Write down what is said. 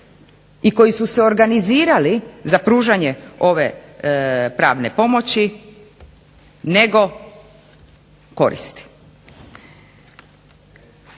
i koji su se organizirali za pružanje ove pravne pomoći nego koristi.